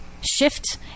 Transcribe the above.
shift